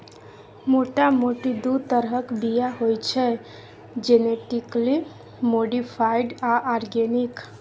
मोटा मोटी दु तरहक बीया होइ छै जेनेटिकली मोडीफाइड आ आर्गेनिक